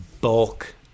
bulk